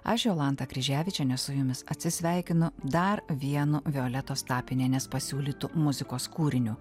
aš jolanta kryževičienė su jumis atsisveikinu dar vienu violetos tapinienės pasiūlytu muzikos kūriniu